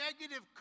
negative